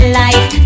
life